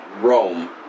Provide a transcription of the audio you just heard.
Rome